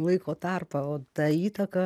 laiko tarpą o ta įtaka